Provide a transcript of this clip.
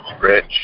Rich